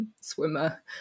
swimmer